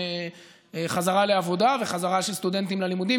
חזרה לעבודה וחזרה של סטודנטים ללימודים,